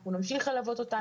אנחנו נמשיך ללוות אותה.